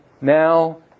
now